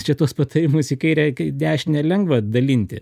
čia tuos patarimus į kairę į kai dešinę lengva dalinti